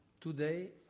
Today